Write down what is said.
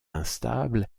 instable